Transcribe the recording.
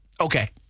Okay